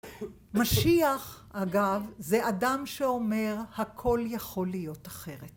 משיח אגב זה אדם שאומר הכל יכול להיות אחרת